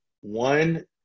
One